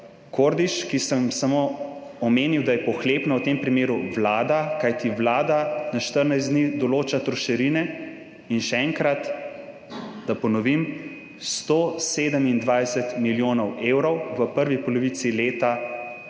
Kordiš, ko sem samo omenil da je v tem primeru vlada pohlepna, kajti vlada na 14 dni določa trošarine in, še enkrat, da ponovim, 127 milijonov evrov v prvi polovici leta